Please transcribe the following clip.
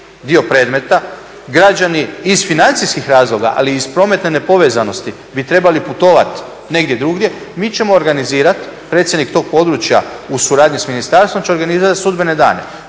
dio predmeta, građani iz financijskih razloga, ali i iz prometne nepovezanosti bi trebali putovati negdje drugdje, mi ćemo organizirati, predsjednik tog područja u suradnji s ministarstvom će organizirati sudbene dane.